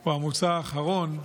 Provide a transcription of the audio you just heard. הוא המוצא האחרון.